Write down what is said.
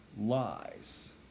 lies